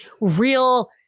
real